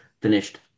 finished